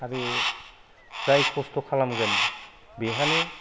आरो जाय खस्थ' खालामगोन बेहानो